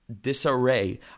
disarray